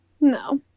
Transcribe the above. No